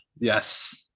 yes